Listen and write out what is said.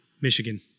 Michigan